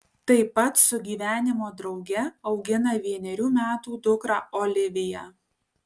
tai pat su gyvenimo drauge augina vienerių metų dukrą oliviją